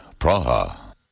Praha